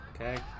Okay